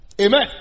Amen